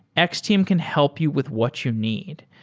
x-team can help you with what you need.